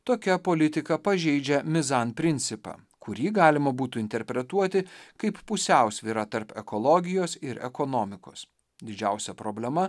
tokia politika pažeidžia mizan principą kurį galima būtų interpretuoti kaip pusiausvyrą tarp ekologijos ir ekonomikos didžiausia problema